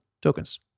tokens